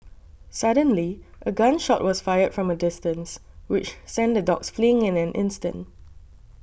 suddenly a gun shot was fired from a distance which sent the dogs fleeing in an instant